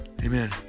amen